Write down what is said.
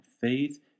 faith